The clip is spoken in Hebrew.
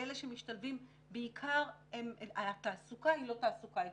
ואצל עיקר אלה שמשתלבים התעסוקה היא לא תעסוקה איכותית.